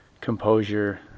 composure